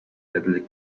catholic